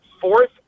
fourth